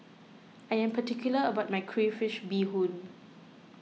I am particular about my Crayfish BeeHoon